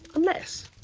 unless.